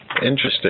Interesting